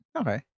Okay